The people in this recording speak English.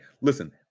listen